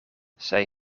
zij